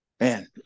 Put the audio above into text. man